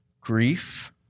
grief